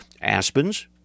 Aspens